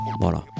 Voilà